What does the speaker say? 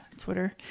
Twitter